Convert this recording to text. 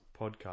Podcast